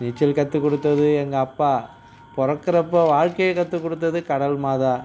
நீச்சல் கற்றுக் கொடுத்தது எங்கள் அப்பா பிறக்கறப்ப வாழ்க்கையை கற்றுக் கொடுத்தது கடல் மாதா